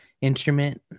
instrument